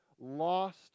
lost